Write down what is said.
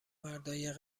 مردای